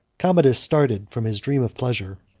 commodus started from his dream of pleasure,